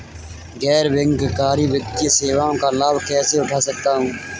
गैर बैंककारी वित्तीय सेवाओं का लाभ कैसे उठा सकता हूँ?